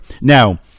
Now